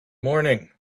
morning